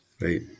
Right